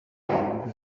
inyungu